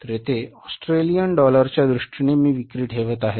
तर येथे ऑस्ट्रेलियन डॉलरच्या दृष्टीने मी विक्री ठेवत आहे